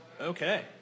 Okay